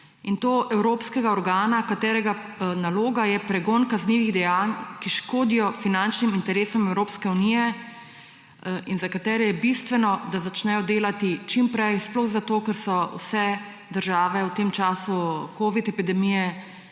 in to evropskega organa, katerega naloga je pregon kaznivih dejanj, ki škodijo finančnim interesom Evropske unije, in za katerega je bistveno, da začne delati čim prej, sploh zato ker so se vse države v času covid epidemije